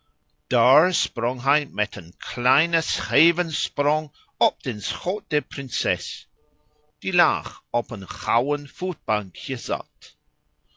sprong hij met een kleinen scheeven sprong op den schoot der prinses die laag op een gouden voetbankje zat